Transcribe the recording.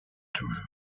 toulouse